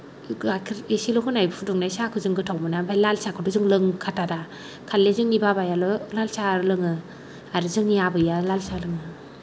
गाइखेर एसेल' होनाय फुदुंनाय साहखौ जों गोथाव मोना ओमफ्राय लाल साहखौथ' जों लोंखाथारा खालि जोंनि बाबायाल' लाल साहा लोङो आरो जोंनि आबैआ लाल साहा लोङो